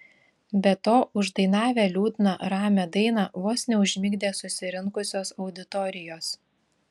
be to uždainavę liūdną ramią dainą vos neužmigdė susirinkusios auditorijos